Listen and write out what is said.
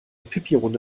pipirunde